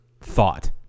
thought